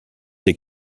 des